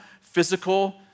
physical